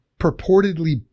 purportedly